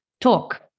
talk